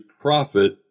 profit